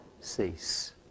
cease